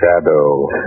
Shadow